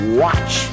watch